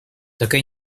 такая